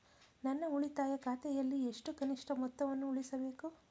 ನನ್ನ ಉಳಿತಾಯ ಖಾತೆಯಲ್ಲಿ ಎಷ್ಟು ಕನಿಷ್ಠ ಮೊತ್ತವನ್ನು ಉಳಿಸಬೇಕು?